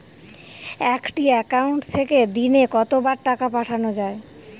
একটি একাউন্ট থেকে দিনে কতবার টাকা পাঠানো য়ায়?